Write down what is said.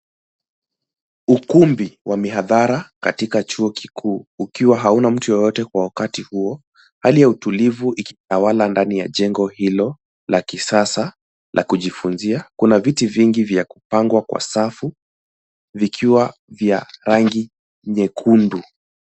Ukumbi wa mihadhara, katika chuo kikuu ukiwa hauna mtu yoyote kwa wakati huo. Hali ya utulivu ikitawala ndani ya jengo hilo, la kisasa, la kujifunzia. Kuna viti vingi vya kupangwa kwa safu, vikiwa vya rangi nyekundu.